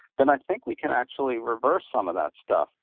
then i think we can actually reverse some of that stuff.